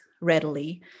readily